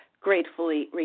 gratefully